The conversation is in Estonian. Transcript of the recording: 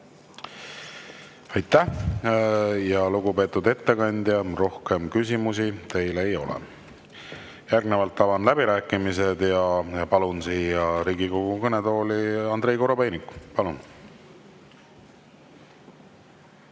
Aitäh! Lugupeetud ettekandja, rohkem küsimusi teile ei ole. Järgnevalt avan läbirääkimised. Palun siia Riigikogu kõnetooli Andrei Korobeiniku. Palun!